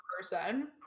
person